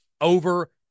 over